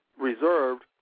reserved